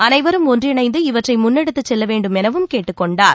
அனைவரும் ஒன்றிணைந்து இவற்றை முன்னெடுத்து செல்ல வேண்டும் எனவும் கேட்டுக்கொண்டார்